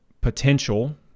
potential